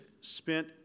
spent